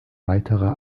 weitere